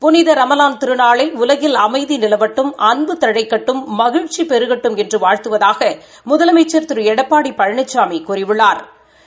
புளித ரமலான் திருநாளில் உலகில் அமைதி நிலவட்டும் அன்பு தழைக்கட்டும் மகிழ்ச்சி பெருகட்டும் என்று வாழ்த்துவதாக முதலமைச்சா் திரு எடப்பாடி பழனிசாமி கூறியுள்ளாா்